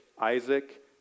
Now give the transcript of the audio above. Isaac